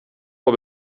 har